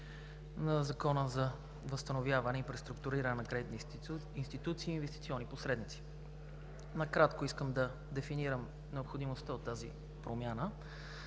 на Закона за възстановяване и преструктуриране на кредитни институции и инвестиционни посредници. Накратко, искам да дефинирам необходимостта от тази промяна,